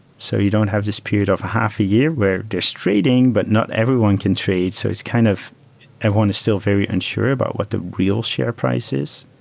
so you don't have this period of half a year where there's trading, but not everyone can trade. so it's kind of everyone is still very unsure about what the real share price is.